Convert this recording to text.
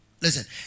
Listen